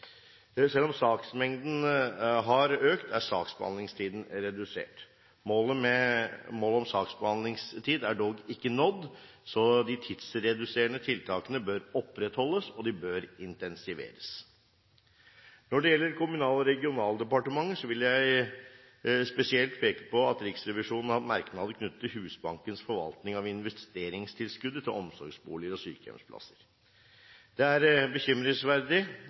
Selv om saksmengden har økt, er saksbehandlingstiden redusert. Målet om saksbehandlingstid er dog ikke nådd, så de tidsreduserende tiltakene bør opprettholdes og intensiveres. Når det gjelder Kommunal- og regionaldepartementet, vil jeg spesielt peke på at Riksrevisjonen har hatt merknader knyttet til Husbankens forvaltning av investeringstilskuddet til omsorgsboliger og sykehjemsplasser. Det er